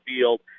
field